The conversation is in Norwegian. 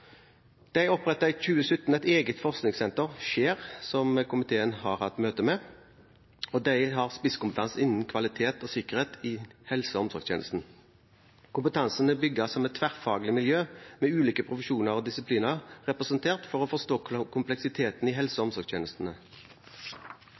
De opprettet i 2017 et eget forskningssenter, SHARE, som komiteen har hatt møte med, og de har spisskompetanse innen kvalitet og sikkerhet i helse- og omsorgstjenesten. Kompetansen er bygd som et tverrfaglig miljø med ulike profesjoner og disipliner representert for å forstå kompleksiteten i helse- og